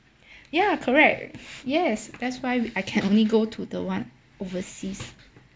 ya correct yes that's why we I can only go to the one overseas